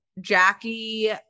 Jackie